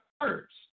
first